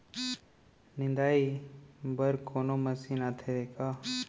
निंदाई बर कोनो मशीन आथे का?